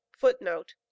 Footnote